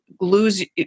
lose